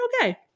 okay